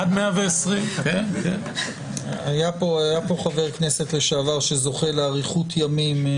עד 120. היה פה חבר כנסת לשעבר שזוכה לאריכות ימים.